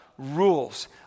rules